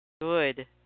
good